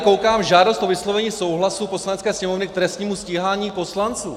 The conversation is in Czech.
Koukám tady : Žádost o vyslovení souhlasu Poslanecké sněmovny k trestnímu stíhání poslanců.